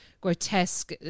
grotesque